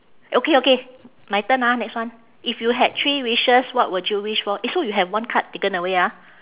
okay okay my turn ah next one if you had three wishes what would you wish for eh so you have one card taken away ah